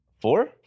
Four